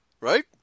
Right